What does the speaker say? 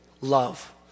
love